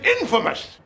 infamous